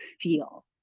feel